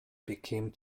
became